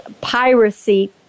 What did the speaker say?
piracy